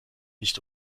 nicht